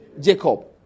Jacob